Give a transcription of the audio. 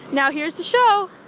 now here's the show